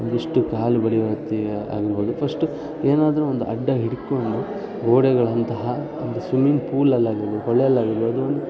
ಒಂದಿಷ್ಟು ಕಾಲು ಬಡಿಯೋ ಹೊತ್ತಿಗೆ ಆಗಿರ್ಬೋದು ಫಸ್ಟು ಏನಾದ್ರೂ ಒಂದು ಅಡ್ಡ ಹಿಡ್ಕೊಂಡು ಗೋಡೆಗಳಂತಹ ಒಂದು ಸ್ವಿಮ್ಮಿಂಗ್ ಪೂಲಲ್ಲಾಗಿರ್ಬೋದು ಹೊಳೆಯಲ್ಲಾಗಿರ್ಬೋದು ಒಂದು